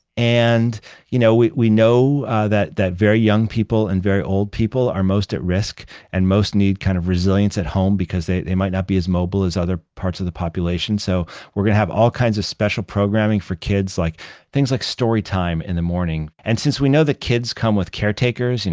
and you know we we know that that very young people and very old people are most at risk and most need kind of resilience at home because they they might not be as mobile as other parts of the population, so we're going to have all kinds of special programming for kids, like things like story time in the morning. and since we know that kids come with caretakers, you know